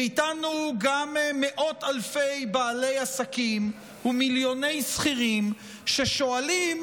ואיתנו גם מאות אלפי בעלי עסקים ומיליוני שכירים שואלים: